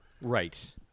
Right